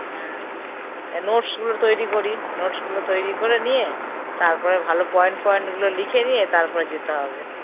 হ্যাঁ নোটসগুলো তৈরি করি নোটসগুলো তৈরি করে নিয়ে তারপরে ভালো পয়েন্ট পয়েন্টগুলো লিখে নিয়ে তারপরে যেতে হবে